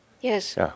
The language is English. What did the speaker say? Yes